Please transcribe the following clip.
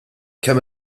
kemm